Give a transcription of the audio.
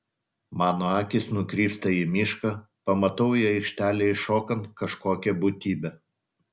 mano akys nukrypsta į mišką pamatau į aikštelę įšokant kažkokią būtybę